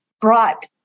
brought